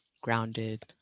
grounded